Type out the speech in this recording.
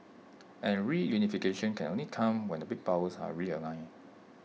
and reunification can only come when the big powers are realigned